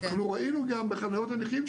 אנחנו ראינו גם בחניות הנכים,